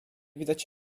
widać